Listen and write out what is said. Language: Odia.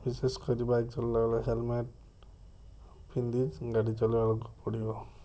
ବିଶେଷ କରି ବାଇକ ଚଲେଇଲା ବେଳେ ହେଲମେଟ ପିନ୍ଧି ଗାଡ଼ି ଚଲେଇବାକୁ ପଡ଼ିବ